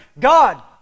God